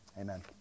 Amen